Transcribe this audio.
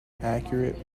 accurate